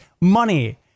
money